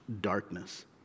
darkness